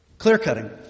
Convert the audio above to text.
Clear-cutting